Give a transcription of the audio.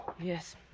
Yes